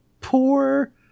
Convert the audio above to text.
Poor